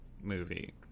movie